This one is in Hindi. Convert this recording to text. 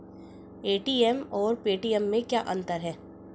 ए.टी.एम और पेटीएम में क्या अंतर है?